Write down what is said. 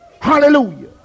Hallelujah